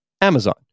Amazon